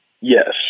yes